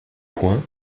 point